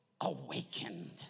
awakened